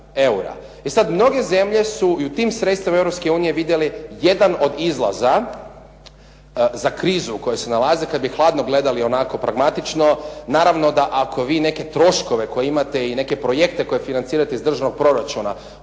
E sad mnoge zemlje su i u tim sredstvima Europske unije vidjeli jedan od izlaza za krizu u kojoj se nalaze kad bi hladno gledali i onako pragmatično naravno da ako vi neke troškove koje imate i neke projekte koje financirate iz državnog proračuna